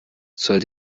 soll